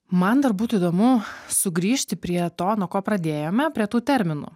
man dar būtų įdomu sugrįžti prie to nuo ko pradėjome prie tų terminų